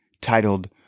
titled